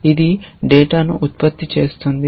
ఇది డేటాను ఉత్పత్తి చేస్తుంది